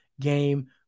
game